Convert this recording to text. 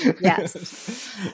Yes